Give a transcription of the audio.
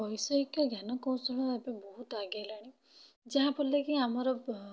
ବୈଷୟିକ ଜ୍ଞାନ କୌଶଳ ଏବେ ବହୁତ ଆଗେଇଲାଣି ଯାହାଫଳରେ କି ଆମର